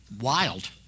wild